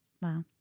Wow